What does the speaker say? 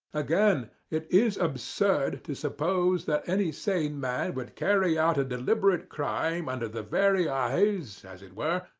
again, it is absurd to suppose that any sane man would carry out a deliberate crime under the very eyes, as it were,